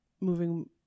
moving